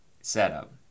setup